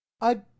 I